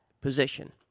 position